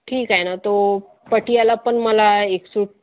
ठीक आहे ना तो पतियाळा पण मला एक सूट